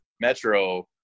Metro